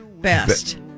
best